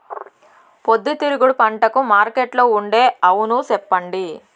పొద్దుతిరుగుడు పంటకు మార్కెట్లో ఉండే అవును చెప్పండి?